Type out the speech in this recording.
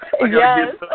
Yes